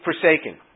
forsaken